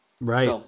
Right